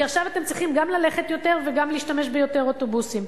כי עכשיו אתם צריכים גם ללכת יותר וגם להשתמש ביותר אוטובוסים.